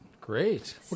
Great